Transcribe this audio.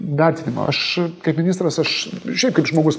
vertinimo aš kaip ministras aš šiaip kaip žmogus